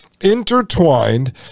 intertwined